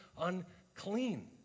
unclean